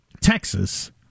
Texas